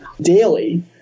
daily